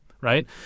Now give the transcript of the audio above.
right